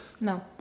No